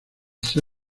the